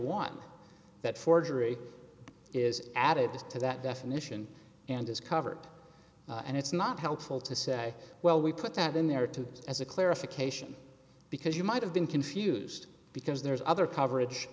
want that forgery is added to that definition and is covered and it's not helpful to say well we put that in there too as a clarification because you might have been confused because there's other coverage